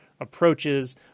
approaches